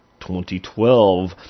2012